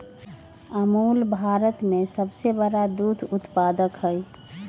अमूल भारत में सबसे बड़ा दूध उत्पादक हई